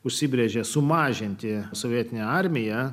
užsibrėžė sumažinti sovietinę armiją